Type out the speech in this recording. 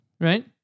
right